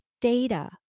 data